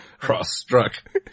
Cross-struck